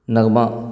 نغمہ